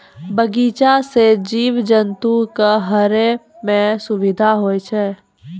बगीचा सें जीव जंतु क रहै म सुबिधा होय छै